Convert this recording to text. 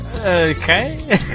Okay